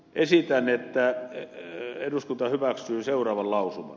esitän että eduskunta hyväksyy seuraavan lausuman